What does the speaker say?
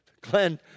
Glenn